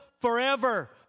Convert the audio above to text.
forever